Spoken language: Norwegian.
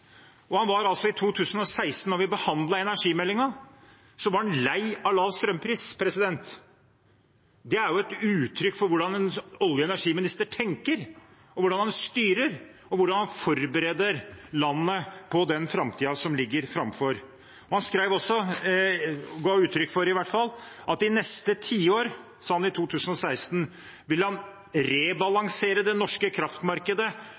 og i 2016, da vi behandlet energimeldingen, var han lei av lav strømpris. Det er jo et uttrykk for hvordan en olje- og energiminister tenker, hvordan han styrer, og hvordan han forbereder landet på den framtiden som ligger foran. Han skrev også, eller i hvert fall ga uttrykk for, at det neste tiåret – dette sa han i 2016 – ville han rebalansere det norske kraftmarkedet,